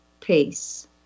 peace